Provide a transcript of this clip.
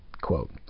quote